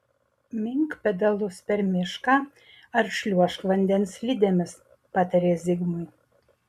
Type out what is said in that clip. mink pedalus per mišką ar šliuožk vandens slidėmis patarė zigmui